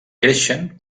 creixen